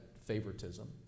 favoritism